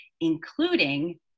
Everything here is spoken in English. including